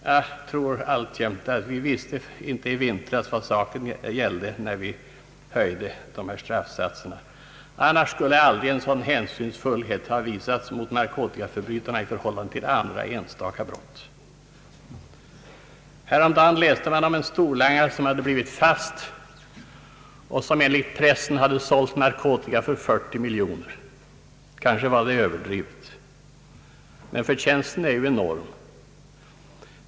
Jag tror alltjämt att vi i vintras inte visste vad saken gällde när vi höjde dessa straffsatser. Annars skulle aldrig en sådan hänsynsfullhet ha visats narkotikaförbrytarna i förhållande till andra brottslingars enstaka brott. Häromdagen läste man i tidningarna om en storlangare, som blivit fast och som enligt pressen sålt narkotika för 40 miljoner kronor. Kanske var det en överdrift men förtjänsten är ju enorm.